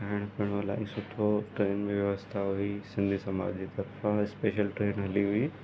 खाइणु पीअणु इलाही सुठो ट्रेन में व्यवस्था हुई सिंधी सामाज जी तरफ़ां स्पैशल ट्रेन हली हुई